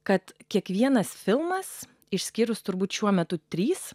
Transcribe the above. kad kiekvienas filmas išskyrus turbūt šiuo metu trys